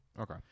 Okay